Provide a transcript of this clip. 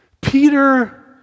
Peter